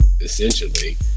essentially